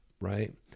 right